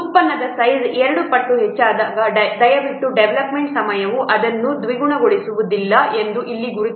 ಉತ್ಪನ್ನದ ಸೈಜ್ 2 ಪಟ್ಟು ಹೆಚ್ಚಾದಾಗ ದಯವಿಟ್ಟು ಡೆವಲಪ್ಮೆಂಟ್ ಸಮಯವು ಅದನ್ನು ದ್ವಿಗುಣಗೊಳಿಸುವುದಿಲ್ಲ ಎಂದು ಇಲ್ಲಿ ಗುರುತಿಸಿ